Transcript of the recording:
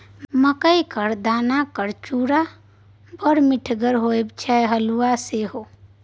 मकई क दानाक चूड़ा बड़ मिठगर होए छै हल्लुक सेहो